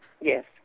yes